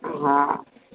हा